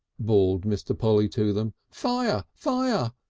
bawled mr. polly to them. fire! fire!